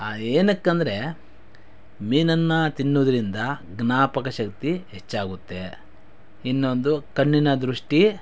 ಏನಕ್ಕೆ ಅಂದರೆ ಮೀನನ್ನು ತಿನ್ನೋದ್ರಿಂದ ಜ್ಞಾಪಕಶಕ್ತಿ ಹೆಚ್ಚಾಗುತ್ತೆ ಇನ್ನೊಂದು ಕಣ್ಣಿನ ದೃಷ್ಟಿ